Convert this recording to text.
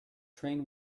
train